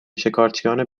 شکارچیان